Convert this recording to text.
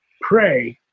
Pray